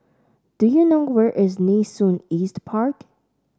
do you know where is Nee Soon East Park